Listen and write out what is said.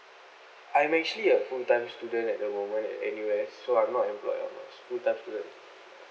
I'm actually a full time student at the moment at N_U_S so I'm not employed I'm a full time student